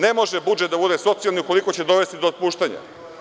Ne može budžet da bude socijalni ukoliko će dovesti do otpuštanja.